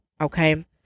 okay